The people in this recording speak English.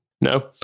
No